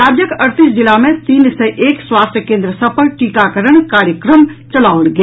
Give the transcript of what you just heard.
राज्यक अड़तीस जिला मे तीन सय एक स्वास्थ्य केंद्र सभ पर टीकाकरण कार्यक्रम चलाओल गेल